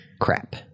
crap